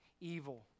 evil